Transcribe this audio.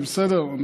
זה בסדר.